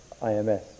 IMS